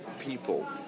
people